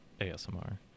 ASMR